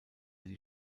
die